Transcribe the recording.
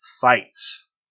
fights